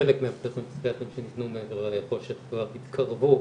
חלק מבתי החולים הפסיכיאטריים שנבנו מעבר להרי החושך כבר התקרבו,